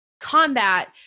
combat